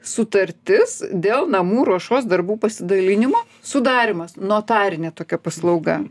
sutartis dėl namų ruošos darbų pasidalinimo sudarymas notarinė tokia paslauga